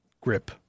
grip